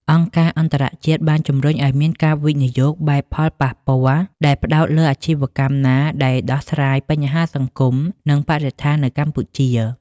អង្គការអន្តរជាតិបានជម្រុញឱ្យមានការវិនិយោគបែបផលប៉ះពាល់ ដែលផ្ដោតលើអាជីវកម្មណាដែលដោះស្រាយបញ្ហាសង្គម និងបរិស្ថាននៅកម្ពុជា។